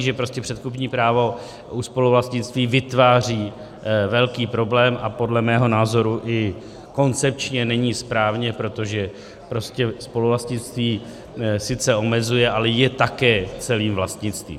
Že prostě předkupní právo u spoluvlastnictví vytváří velký problém, a podle mého názoru i koncepčně není správně, protože prostě spoluvlastnictví sice omezuje, ale je také celým vlastnictvím.